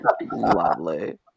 Lovely